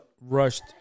rushed